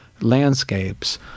landscapes